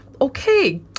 okay